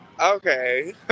Okay